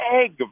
egg